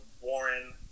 warren